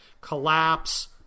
Collapse